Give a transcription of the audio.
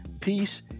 peace